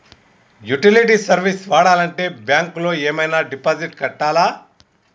Utility service వాడాలంటే bank లో ఏమైనా డిపాజిట్ కట్టాలా?